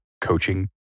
coaching